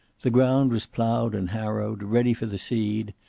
the ground was plowed and harrowed, ready for the seed,